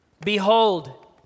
behold